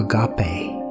agape